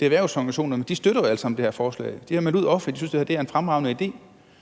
er erhvervsorganisationerne? De støtter alle sammen det her forslag. De har offentligt meldt ud, at de synes, at det her er en fremragende idé.